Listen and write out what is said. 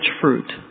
fruit